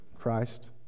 Christ